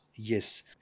Yes